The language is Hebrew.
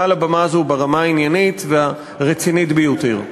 מעל הבמה הזאת, ברמה העניינית והרצינית ביותר.